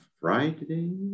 Friday